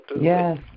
Yes